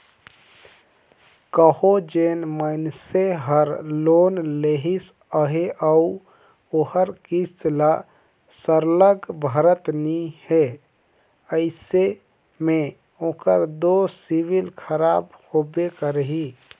कहों जेन मइनसे हर लोन लेहिस अहे अउ ओहर किस्त ल सरलग भरत नी हे अइसे में ओकर दो सिविल खराब होबे करही